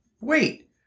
Wait